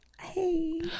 hey